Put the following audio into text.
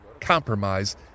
compromise